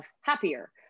happier